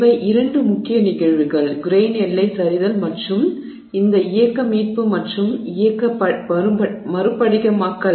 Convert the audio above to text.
இவை இரண்டு முக்கிய நிகழ்வுகள் கிரெய்ன் எல்லை சரிதல் மற்றும் இந்த இயக்க மீட்பு மற்றும் இயக்க மறுபடிகமாக்கல்